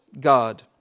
God